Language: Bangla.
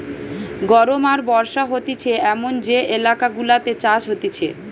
গরম আর বর্ষা হতিছে এমন যে এলাকা গুলাতে চাষ হতিছে